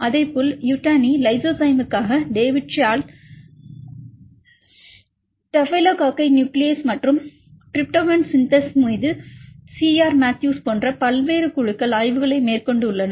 அதேபோல் யூட்டானி லைசோசைமுக்காக டேவிட் ஷார்ட்ல் ஸ்டேஃபிளோகோகல் நியூக்லீஸ் மற்றும் டிரிப்டோபன் சின்தேஸில் மீது சி ஆர் மேத்யூஸ் போன்ற பல்வேறு குழுக்கள் ஆய்வுகளை மேற் கொண்டு உள்ளன